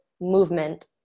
movement